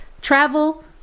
Travel